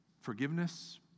forgiveness